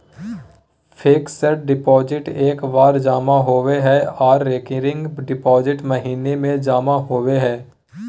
fixed deposit एक बार जमा होबो हय आर रेकरिंग डिपॉजिट महीने में जमा होबय हय